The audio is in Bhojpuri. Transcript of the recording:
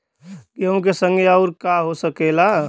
गेहूँ के संगे अउर का का हो सकेला?